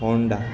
Honda